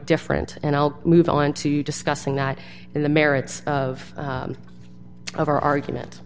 different and i'll move on to discussing that in the merits of of our argument